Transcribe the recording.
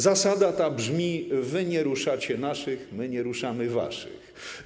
Zasada ta brzmi: wy nie ruszacie naszych, my nie ruszamy waszych.